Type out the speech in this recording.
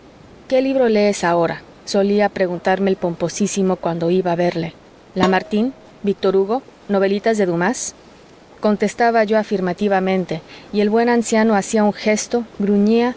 qué libro lees ahora solía preguntarme el pomposísimo cuando iba a verle lamartine víctor hugo novelitas de dumas contestaba yo afirmativamente y el buen anciano hacía un gesto gruñía